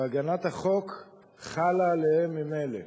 והגנת החוק חלה עליהם ממילא.